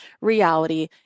reality